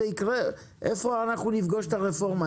איפה אנחנו נפגוש את הרפורמה?